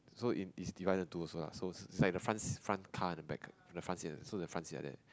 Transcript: so in it's divided in two also lah so it's like the front front car and the back the front so the front seat like that